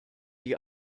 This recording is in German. die